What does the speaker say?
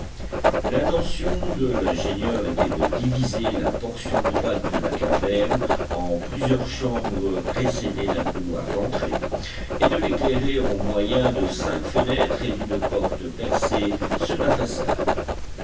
l'intention de l'ingénieur était de diviser la portion droite de la caverne en plusieurs chambres précédées d'un couloir d'entrée et de l'éclairer au moyen de cinq fenêtres et d'une porte percées sur la façade